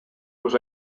was